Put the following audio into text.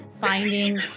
finding